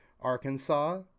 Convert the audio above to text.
Arkansas